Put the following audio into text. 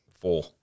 Four